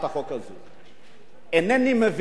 אינני מבין מדוע,